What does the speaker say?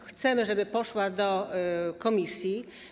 Chcemy, żeby poszła do komisji.